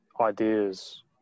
ideas